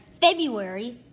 February